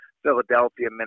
Philadelphia